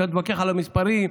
אפשר להתווכח על המספרים,